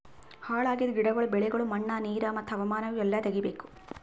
ಹಾಳ್ ಆಗಿದ್ ಗಿಡಗೊಳ್, ಬೆಳಿಗೊಳ್, ಮಣ್ಣ, ನೀರು ಮತ್ತ ಹವಾಮಾನ ಇವು ಎಲ್ಲಾ ತೆಗಿಬೇಕು